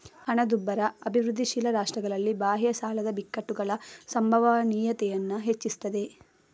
ಹಣದುಬ್ಬರ ಅಭಿವೃದ್ಧಿಶೀಲ ರಾಷ್ಟ್ರಗಳಲ್ಲಿ ಬಾಹ್ಯ ಸಾಲದ ಬಿಕ್ಕಟ್ಟುಗಳ ಸಂಭವನೀಯತೆಯನ್ನ ಹೆಚ್ಚಿಸ್ತದೆ